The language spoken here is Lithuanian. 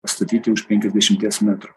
pastatyti už penkiasdešimties metrų